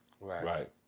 Right